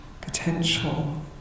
potential